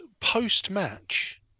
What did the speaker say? post-match